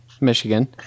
Michigan